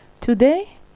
Today